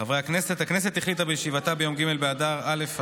חברי הכנסת, הכנסת החליטה בישיבתה ביום ג' באדר א'